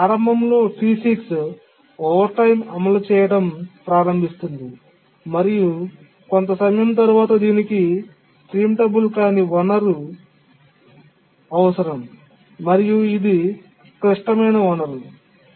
ప్రారంభంలో T6 over time అమలు చేయడం ప్రారంభిస్తుంది మరియు కొంత సమయం తరువాత దీనికి ప్రీమిటబుల్ కాని వనరు అవసరం మరియు ఇది క్లిష్టమైన వనరు CR